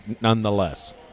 nonetheless